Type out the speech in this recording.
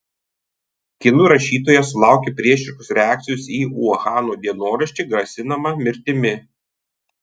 kinų rašytoja sulaukė priešiškos reakcijos į uhano dienoraštį grasinama mirtimi